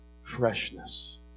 Freshness